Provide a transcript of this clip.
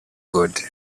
got